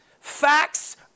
facts